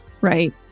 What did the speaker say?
right